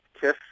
Kiss